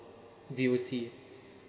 V_O_C